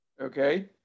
okay